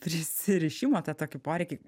prisirišimą tą tokį poreikį